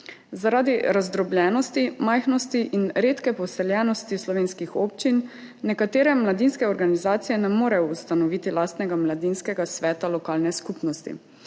Zaradi razdrobljenosti, majhnosti in redke poseljenosti slovenskih občin nekatere mladinske organizacije ne morejo ustanoviti lastnega mladinskega sveta lokalne skupnosti.